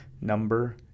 Number